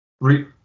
Re